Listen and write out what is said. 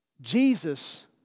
Jesus